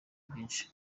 byinshi